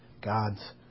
God's